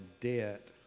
debt